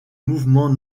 mouvement